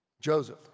Joseph